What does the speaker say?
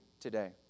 today